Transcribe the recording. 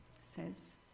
says